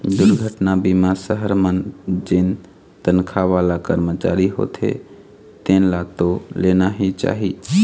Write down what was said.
दुरघटना बीमा सहर मन जेन तनखा वाला करमचारी होथे तेन ल तो लेना ही चाही